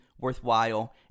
worthwhile